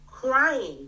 crying